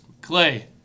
Clay